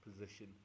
position